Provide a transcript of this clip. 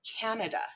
Canada